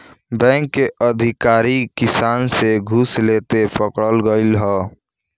bank के अधिकारी किसान से घूस लेते पकड़ल गइल ह